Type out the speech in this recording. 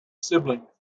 siblings